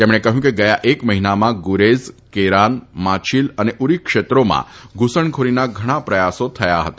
તેમણે કહ્યું કે ગયા એક મહિનામાં ગુરેજ કેરાન માછીલ અને ઉરી ક્ષેત્રોમાં ધુસણખોરીના ઘણા પ્રયાસો થયા હતા